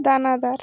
দানাদার